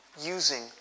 using